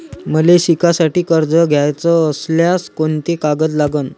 मले शिकासाठी कर्ज घ्याचं असल्यास कोंते कागद लागन?